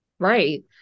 Right